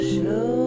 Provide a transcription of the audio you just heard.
Show